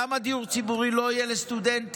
למה דיור ציבורי לא יהיה לסטודנטים,